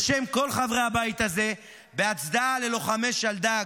בשם כל חברי הבית הזה, בהצדעה ללוחמי שלדג,